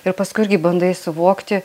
ir paskui irgi bandai suvokti